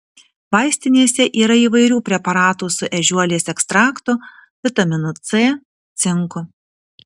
vaistinėse yra įvairių preparatų su ežiuolės ekstraktu vitaminu c cinku